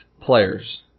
players